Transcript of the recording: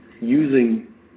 using